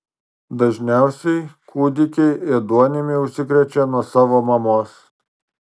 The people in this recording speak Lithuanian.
dažniausiai kūdikiai ėduonimi užsikrečia nuo savo mamos